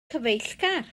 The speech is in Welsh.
cyfeillgar